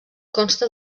consta